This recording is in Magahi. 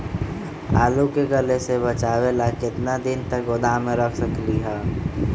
आलू के गले से बचाबे ला कितना दिन तक गोदाम में रख सकली ह?